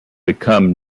become